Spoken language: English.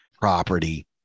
property